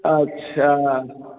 अच्छा